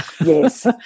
Yes